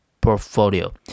portfolio